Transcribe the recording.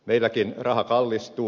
meilläkin raha kallistuu